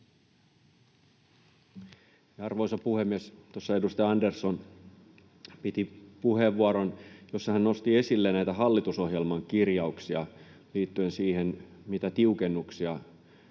Arvoisa puhemies! Edustaja Andersson piti puheenvuoron, jossa hän nosti esille näitä hallitusohjelman kirjauksia liittyen siihen, mitä tiukennuksia